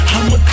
I'ma